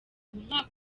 mwaka